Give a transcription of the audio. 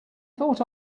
thought